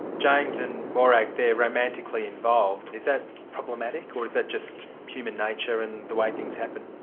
james and morag they're romantically involved. is that problematic, or is that just human nature and the way things happen?